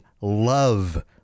love